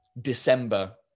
December